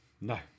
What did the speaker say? No